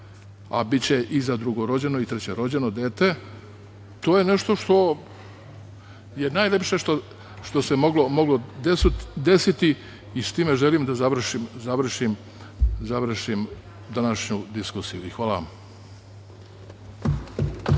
a biće i za drugorođeno i trećerođeno dete, to je nešto što se najlepše moglo desiti i sa time želim da završim današnju diskusiju. Hvala vam.